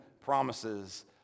promises